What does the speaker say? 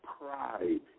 pride